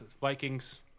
vikings